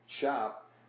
shop